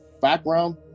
background